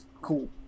Cool